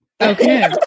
Okay